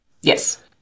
yes